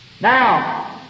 Now